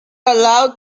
allowed